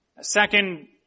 second